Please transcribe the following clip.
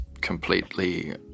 completely